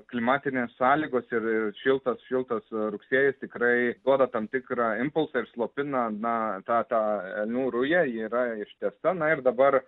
klimatinės sąlygos ir šiltas šiltas rugsėjis tikrai duoda tam tikrą impulsą ir slopina na tą tą elnių ruja ji yra ištęsta na ir dabar